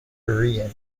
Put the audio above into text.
korean